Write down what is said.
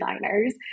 designers